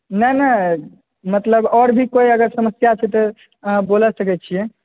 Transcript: नहि नहि मतलब आओर कोई आओर भी कोइ समस्या छै तऽ अहाँ बोल सकै छियै